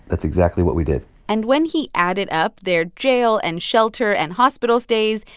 that's exactly what we did and when he added up their jail and shelter and hospital stays,